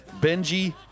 Benji